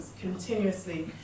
continuously